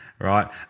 right